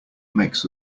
makes